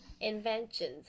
Inventions